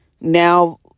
now